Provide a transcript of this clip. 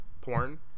porn